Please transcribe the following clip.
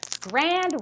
Grand